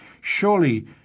Surely